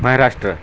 Maharashtra